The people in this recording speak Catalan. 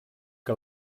que